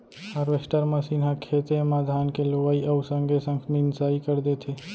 harvester machine ह खेते म धान के लुवई अउ संगे संग मिंसाई कर देथे